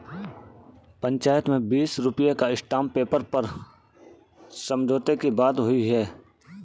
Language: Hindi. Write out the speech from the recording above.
पंचायत में बीस रुपए का स्टांप पेपर पर समझौते की बात हुई है